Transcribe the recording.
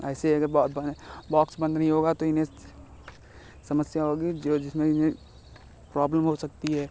ऐसे अगर बॉक्स बंद नहीं होगा तो इन्हें समस्या होगी जो जिसमें इन्हें प्रॉब्लम हो सकती है